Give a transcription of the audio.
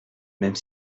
même